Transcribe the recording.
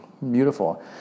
Beautiful